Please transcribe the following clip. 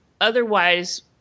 otherwise